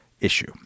issue